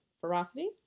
ferocity